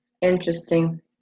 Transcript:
Interesting